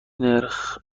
نرخ